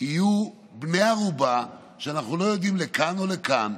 יהיו בני ערובה, שאנחנו לא יודעים לכאן או לכאן.